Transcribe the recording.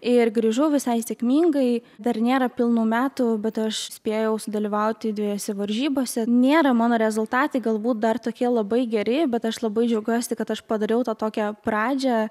ir grįžau visai sėkmingai dar nėra pilnų metų bet aš spėjau sudalyvauti dvejose varžybose nėra mano rezultatai galbūt dar tokie labai geri bet aš labai džiaugiuosi kad aš padariau tą tokią pradžią